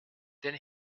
then